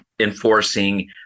enforcing